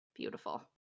beautiful